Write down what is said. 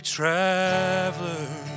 traveler